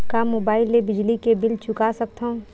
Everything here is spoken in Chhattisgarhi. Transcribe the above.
का मुबाइल ले बिजली के बिल चुका सकथव?